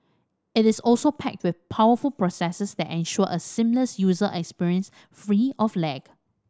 it is also packed with powerful processors that ensure a seamless user experience free of lag